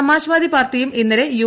സമാജ് വാദിപാർട്ടിയും ഇന്നലെ യു